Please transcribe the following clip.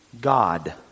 God